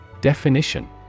Definition